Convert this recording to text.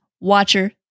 Watcher